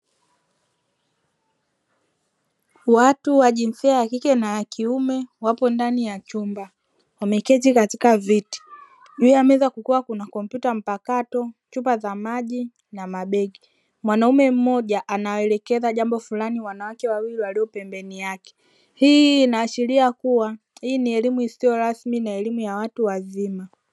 Watu wa jinsia ya kike na ya kiume wapo ndani ya chumba wameketi katika viti. Juu ya meza kukiwa kuna kompyuta mpakato, chupa za maji na mabegi. Mwanaume mmoja anawaelekeza jambo fulani wanawake wawili waliopembeni yake. Hii inaashiria kuwa ni elimu isiyo rasmi na elimu ya watu wazima.